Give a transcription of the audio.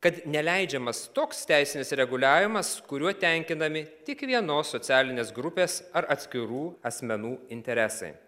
kad neleidžiamas toks teisinis reguliavimas kuriuo tenkinami tik vienos socialinės grupės ar atskirų asmenų interesai